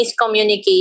miscommunication